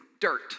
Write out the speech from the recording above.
dirt